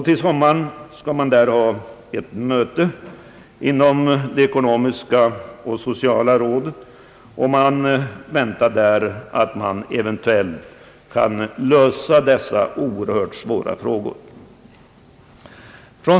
Vid sommarens möte med FN:s ekonomiska och sociala råd väntas dessa oerhört svåra frågor eventuellt kunna lösas.